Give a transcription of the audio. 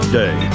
day